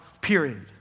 period